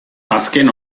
azken